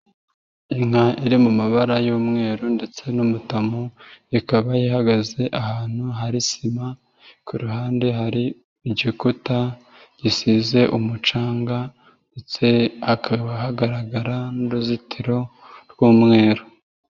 Inka iri mu mabara y'umweru ndetse n'umutamu, ikaba ihagaze ahantu hari sima, ku ruhande hari igikuta gisize umucanga ndetse hakaba hagaragara n'uruzitiro rw'umweru.